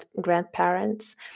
grandparents